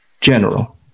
General